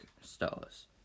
stars